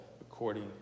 according